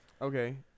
okay